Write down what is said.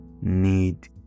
need